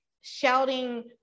shouting